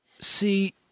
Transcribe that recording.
See